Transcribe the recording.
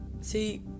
see